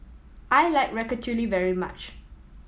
I like Ratatouille very much